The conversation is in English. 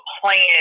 plan